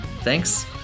Thanks